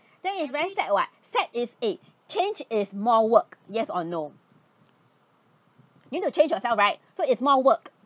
then it's very sad [what] set is eh change is more work yes or no need to change yourself right so it's more work